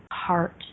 Heart